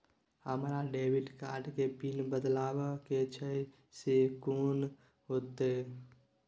हमरा debit card के PIN बदलवा के छै से कोन होतै?